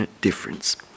difference